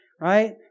right